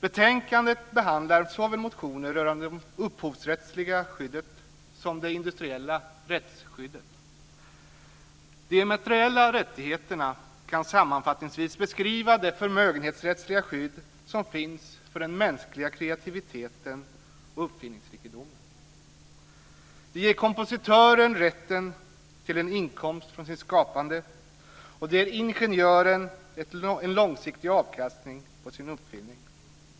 Betänkandet behandlar motioner rörande såväl det upphovsrättsliga skyddet som det industriella rättsskyddet. De immateriella rättigheterna kan sammanfattningsvis beskrivas som det förmögenhetsrättsliga skydd som finns för den mänskliga kreativiteten och uppfinningsrikedomen. Det ger kompositören rätten till en inkomst från sitt skapande, och det ger ingenjören en långsiktig avkastning på sin uppfinning.